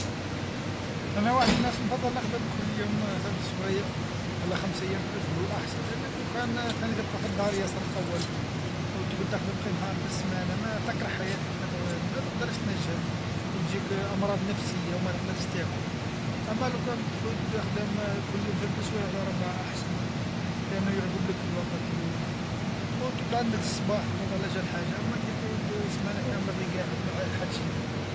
انا واحد من الناس نفضل نخدم كل يوم ثلاث سوايع، على خمس أيام في الاسبوع أحسن، لأن لو كان ثاني تبقى في الدار ياسر طول وتعود تخدم غير نهار في السيمانة ما تكره حياتك ما ما تقدرش تنجم، وتجيك أمراض نفسية وما تقدرش تاكل، أما لو كانت تعود تخدم كل يوم ثلث سوايع ولا ربعة احسن، لأنه يعقبلك الوقت وتعود عندك الصباح تنوض على جال حاجة، أما كي تعود سيمانة كاملة غي قاعد ما يحشي منها.